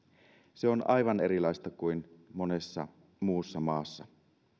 se on aivan erilaista kuin monessa muussa maassa